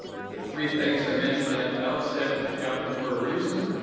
the three things i mentioned at the outset happened for a reason.